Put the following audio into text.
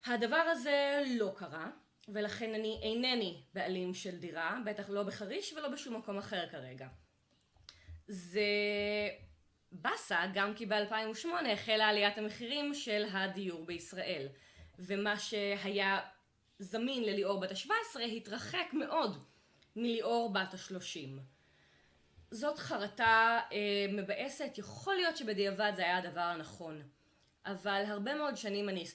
הדבר הזה לא קרה, ולכן אני אינני בעלים של דירה, בטח לא בחריש ולא בשום מקום אחר כרגע. זה באסה, גם כי ב-2008 החלה עליית המחירים של הדיור בישראל, ומה שהיה זמין לליאור בת ה-17 התרחק מאוד מליאור בת ה-30. זאת חרטה מבאסת, יכול להיות שבדיעבד זה היה הדבר הנכון, אבל הרבה מאוד שנים אני...